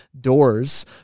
doors